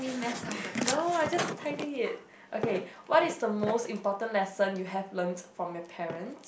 no I just tidied it okay what is the most important lesson you have learnt from your parent